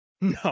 No